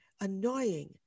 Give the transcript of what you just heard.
annoying